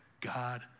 God